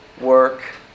work